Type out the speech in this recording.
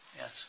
Yes